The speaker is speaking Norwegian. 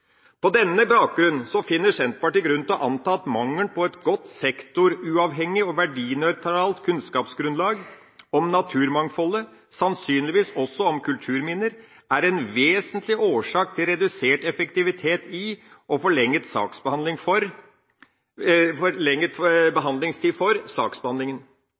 På denne bakgrunnen finner Senterpartiet grunn til å anta at mangelen på et godt, sektoruavhengig og verdinøytralt kunnskapsgrunnlag om naturmangfoldet – sannsynligvis også om kulturminner – er en vesentlig årsak til redusert effektivitet og forlenget saksbehandlingstid. Dette understøttes av undersøkelsens påpekning av behovet for